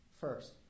First